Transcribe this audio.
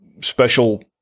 special